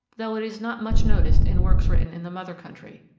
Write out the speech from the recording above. though it is not much noticed in works written in the mother country.